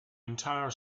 entire